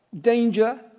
danger